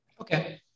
Okay